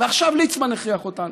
ועכשיו ליצמן הכריח אותנו.